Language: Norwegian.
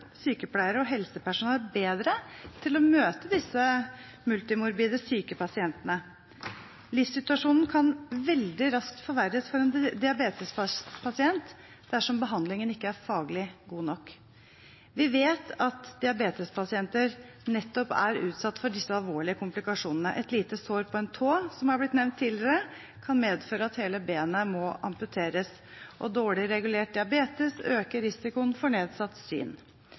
sykepleiere og helsepersonell bedre til å møte disse multimorbide, syke pasientene. Livssituasjonen kan veldig raskt forverres for en diabetespasient dersom behandlingen ikke er faglig god nok. Vi vet at nettopp diabetespasienter er utsatt for alvorlige komplikasjoner. Et lite sår på en tå, som har blitt nevnt tidligere, kan medføre at hele benet må amputeres, og dårlig regulert diabetes øker risikoen for nedsatt syn.